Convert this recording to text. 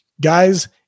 Guys